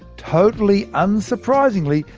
totally unsurprisingly,